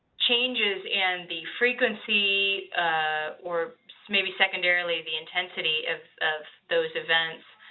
changes in the frequency or maybe secondarily, the intensity of of those events